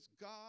God